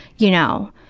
you know.